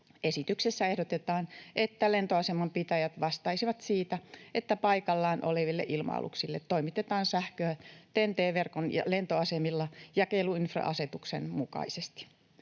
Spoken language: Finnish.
Esityksessä ehdotetaan, että lentoaseman pitäjät vastaisivat siitä, että paikallaan oleville ilma-aluksille toimitetaan sähköä TEN‑T-verkon lentoasemilla jakeluinfra-asetuksen mukaisesti.